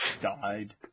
Died